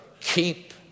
keep